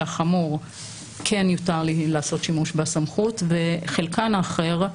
החמור כן יותר לעשות שימוש בסמכות וחלקן האחר,